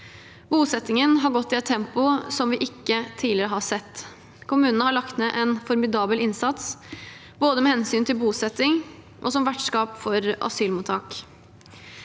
Bosettingen har gått i et tempo som vi ikke tidligere har sett. Kommunene har lagt ned en formidabel innsats både med hensyn til bosetting og som vertskap for asylmottak.